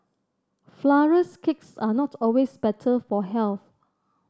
flourless cakes are not always better for health